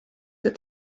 that